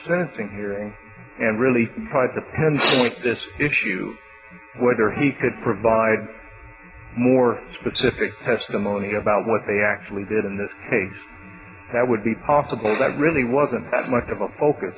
sentencing hearing and really tried to pen this issue whether he could provide more specific testimony about what they actually did in this case that would be possible that really wasn't that much of a focus